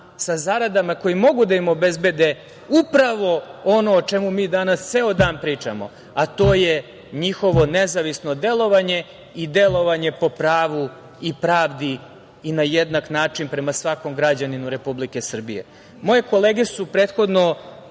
Sa zaradama koje mogu da im obezbede upravo ono o čemu mi danas ceo dan pričamo, a to je njihovo nezavisno delovanje i delovanje po pravu i pravdi i na jednak način prema svakom građaninu Republike Srbije. Moje kolege su prethodno